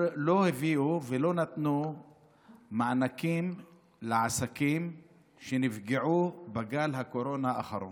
לא הביאו ולא נתנו מענקים לעסקים שנפגעו בגל הקורונה האחרון.